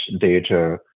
data